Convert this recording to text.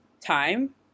time